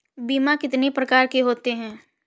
बीमा कितनी प्रकार के होते हैं?